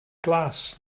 glas